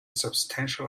substantial